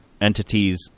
entities